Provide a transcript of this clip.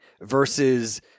versus